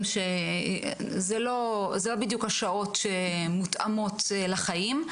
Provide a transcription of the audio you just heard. שזה לא בדיוק השעות שמותאמות לחיים.